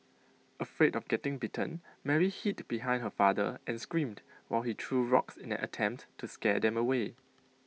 afraid of getting bitten Mary hid behind her father and screamed while he threw rocks in an attempt to scare them away